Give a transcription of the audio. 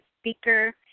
speaker